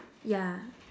yeah